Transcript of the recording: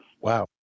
Wow